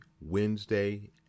Wednesday